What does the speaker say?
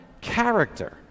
character